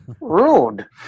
Rude